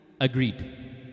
agreed